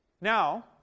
Now